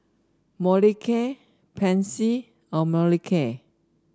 Molicare Pansy or Molicare